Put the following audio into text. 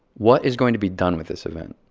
what is going to be done with this event?